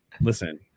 Listen